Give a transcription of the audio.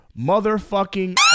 motherfucking